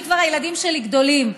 הילדים שלי כבר גדולים,